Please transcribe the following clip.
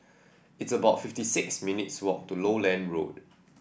it's about fifty six minutes' walk to Lowland Road